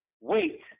Wait